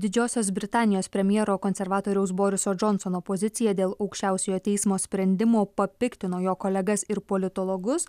didžiosios britanijos premjero konservatoriaus boriso džonsono pozicija dėl aukščiausiojo teismo sprendimo papiktino jo kolegas ir politologus